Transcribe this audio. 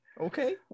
Okay